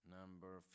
number